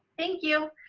thank you.